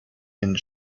and